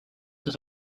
his